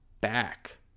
back